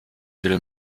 will